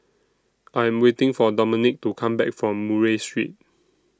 I Am waiting For Dominic to Come Back from Murray Street